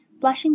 blushing